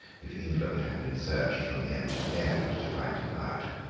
if england had been searched from end to end to find him out.